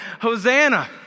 Hosanna